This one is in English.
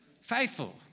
faithful